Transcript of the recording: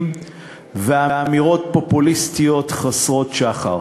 ואמירות פופוליסטיות חסרות שחר.